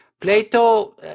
Plato